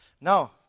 Now